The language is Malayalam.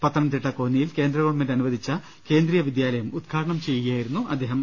പത്തനംതിട്ട കോന്നിയിൽ കേന്ദ്ര ഗവൺമെന്റ് അനുവദിച്ച കേന്ദ്രീയ വിദ്യാലയം ഉദ്ഘാടനം ചെയ്യുകയായിരുന്നു അദ്ദേഹം